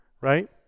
right